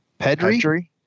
Pedri